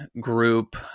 group